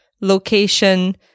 location